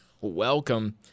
Welcome